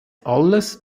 alles